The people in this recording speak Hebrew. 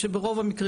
האלה,